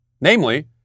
Namely